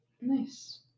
Nice